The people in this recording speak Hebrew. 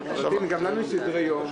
גם לנו יש סדר-יום.